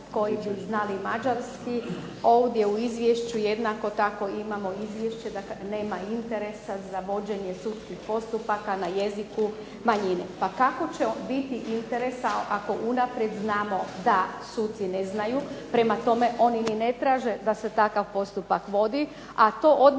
koji bi znali mađarski. Ovdje u izvješću jednako tako imamo izvješće da nema interesa za vođenje sudskih postupaka na jeziku manjine. Pa kako će biti interesa ako unaprijed znamo da suci ne znaju. Prema tome, oni ni ne traže da se takav postupak vodi, a to odmah